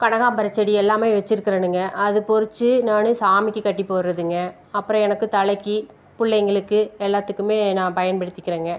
கனகாம்பரம் செடி எல்லாமே வச்சுருக்குறேனுங்க அது பொறித்து நானே சாமிக்கு கட்டி போடுறதுங்க அப்புறம் எனக்கு தலைக்கு பிள்ளைங்களுக்கு எல்லாத்துக்குமே நான் பயன்படுத்திக்கிறேங்க